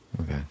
Okay